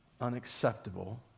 unacceptable